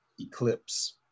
eclipse